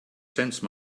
sense